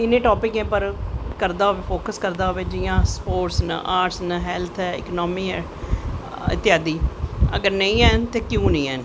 इनें टॉपिकें पर करदा होऐ फोक्स करदा होऐ जियां स्पोटस न हैल्थ ऐ इकनॉमी ऐ इत्यादी कन्नै एह् नी हैन ते क्यों नी हैन